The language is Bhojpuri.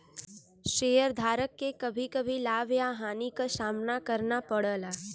शेयरधारक के कभी कभी लाभ या हानि क सामना करना पड़ला